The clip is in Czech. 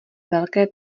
velké